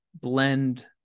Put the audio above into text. blend